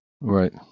right